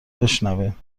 بشنویم